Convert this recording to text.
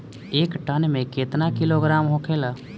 एक टन मे केतना किलोग्राम होखेला?